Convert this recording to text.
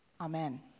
Amen